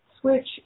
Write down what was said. switch